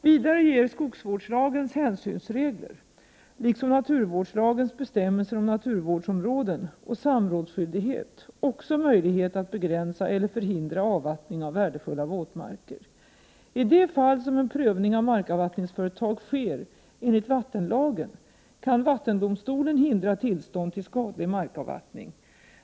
Vidare ger skogsvårdslagens hänsynsregler liksom naturvårdslagens bestämmelser om naturvårdsområden och samrådsskyldighet också möjlighet att begränsa eller förhindra avvattning av värdefulla våtmarker. I de fall som en prövning av markavvattningsföretag sker enligt vattenlagen kan vattendomstolen hindra tillstånd till skadlig markavvattning.